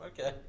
okay